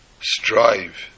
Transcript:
strive